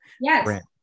Yes